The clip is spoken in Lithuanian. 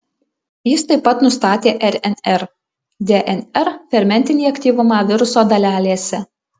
jis taip pat nustatė rnr dnr fermentinį aktyvumą viruso dalelėse